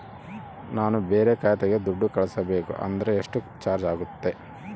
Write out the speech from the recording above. ನಾನು ಬೇರೆ ಖಾತೆಗೆ ದುಡ್ಡು ಕಳಿಸಬೇಕು ಅಂದ್ರ ಎಷ್ಟು ಚಾರ್ಜ್ ಆಗುತ್ತೆ?